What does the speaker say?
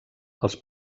els